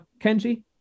Kenji